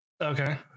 Okay